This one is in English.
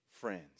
friends